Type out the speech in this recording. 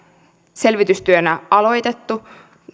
selvitystyönä aloitettu